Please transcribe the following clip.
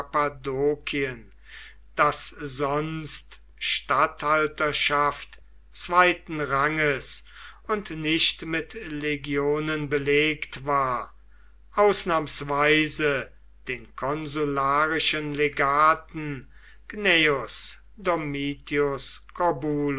kappadokien das sonst statthalterschaft zweiten ranges und nicht mit legionen belegt war ausnahmsweise den konsularischen legaten gnaeus domitius